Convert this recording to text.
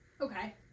Okay